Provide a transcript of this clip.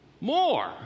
more